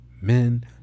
men